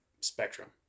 spectrum